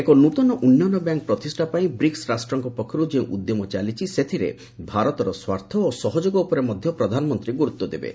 ଏକ ନୂଆ ଉନ୍ନୟନ ବ୍ୟାଙ୍କ ପ୍ରତିଷ୍ଠା ପାଇଁ ବ୍ରିକ୍ସ ରାଷ୍ଟ୍ରଙ୍କ ପକ୍ଷରୁ ଯେଉଁ ଉଦ୍ୟମ ଚାଲିଛି ସେଥିରେ ଭାରତର ସ୍ୱାର୍ଥ ଓ ସହଯୋଗ ଉପରେ ମଧ୍ୟ ପ୍ରଧାନମନ୍ତ୍ରୀ ଗୁରୁତ୍ୱଦେବେ